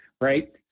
right